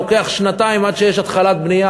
לוקח שנתיים עד שיש התחלת בנייה,